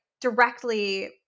directly